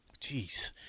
Jeez